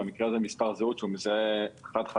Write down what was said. במקרה הזה מספר זהות שהוא מזהה חד-חד